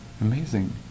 Amazing